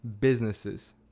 businesses